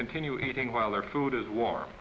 continue eating while their food is warm